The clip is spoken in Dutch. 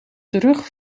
terug